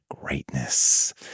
greatness